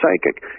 psychic